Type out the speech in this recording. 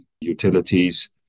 utilities